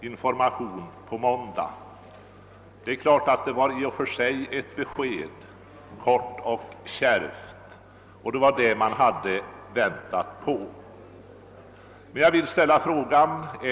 Information på måndag.> Det var, kort och kärvt, det besked man hade väntat på.